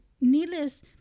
needless